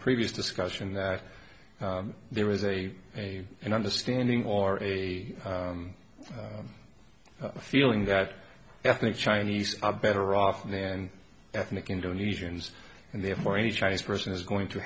previous discussion that there was a a an understanding or a feeling that ethnic chinese are better off in their ethnic indonesians and therefore any chinese person is going to